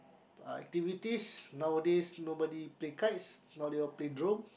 activities nowadays nobody play kites now they all play drone